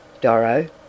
Doro